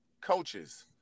coaches